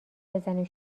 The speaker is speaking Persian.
بزنیم